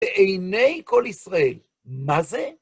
בעיני כל ישראל, מה זה?